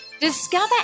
Discover